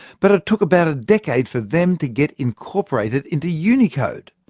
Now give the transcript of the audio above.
but it took about a decade for them to get incorporated into unicode.